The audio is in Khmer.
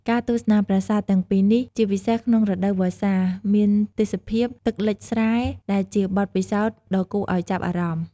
ការទស្សនាប្រាសាទទាំងពីរនេះ ជាពិសេសក្នុងរដូវវស្សា មានទេសភាព ទឹកលិចស្រែ ដែលជាបទពិសោធន៍ដ៏គួរឱ្យចាប់អារម្មណ៍។